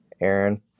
Aaron